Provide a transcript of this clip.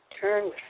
turn